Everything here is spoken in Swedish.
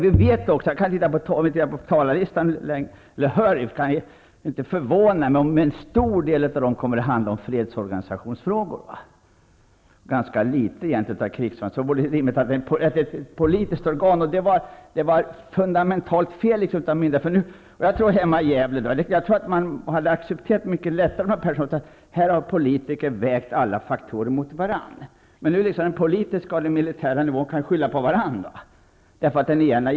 Men det skulle inte förvåna mig -- jag säger detta efter att ha studerat dagens talarlista -- om en stor del av anförandena i dag handlar om fredsorganisationen och ganska få av dem om krigsorganisationen. Här har ett fundamentalt fel gjorts från myndigheternas sida. Jag tror att man hemma i Gävle skulle ha accepterat dessa saker mycket lättare om man hade känt att här har politiker vägt alla faktorer mot varandra. Men nu kan man på politisk resp. militär nivå skylla ifrån sig.